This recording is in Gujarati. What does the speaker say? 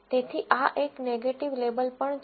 તેથી આ એક નેગેટીવ લેબલ પણ છે